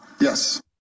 Yes